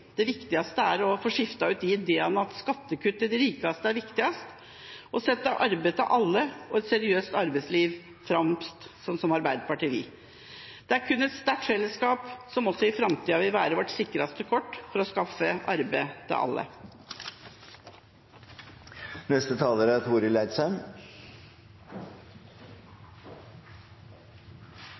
Den viktigste er å få skiftet ut ideen om at skattekutt til de rikeste er viktigst, og sette arbeid til alle og et seriøst arbeidsliv fremst, slik Arbeiderpartiet vil. Det er kun et sterkt fellesskap som også i framtida vil være vårt sikreste kort for å skaffe arbeid til alle. I trontalen blei det peika på at vi må forstå at endringar er